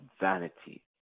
vanity